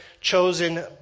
chosen